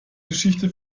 geschichte